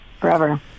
forever